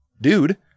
dude